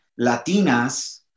Latinas